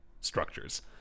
structures